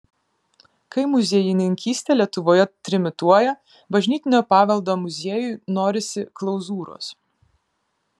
kai muziejininkystė lietuvoje trimituoja bažnytinio paveldo muziejui norisi klauzūros